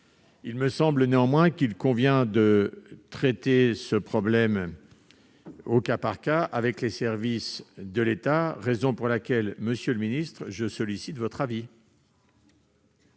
Il me semble néanmoins qu'il convient de traiter ce problème au cas par cas avec les services de l'État, raison pour laquelle, monsieur le ministre, je sollicite votre avis.